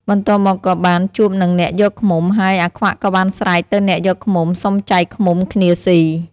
បន្ទាប់មកក៏បានជួបនឹងអ្នកយកឃ្មុំ ហើយអាខ្វាក់ក៏បានស្រែកទៅអ្នកយកឃ្មុំសុំចែកឃ្មុំគ្នាស៊ី។